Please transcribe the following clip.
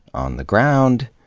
on the ground,